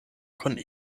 kun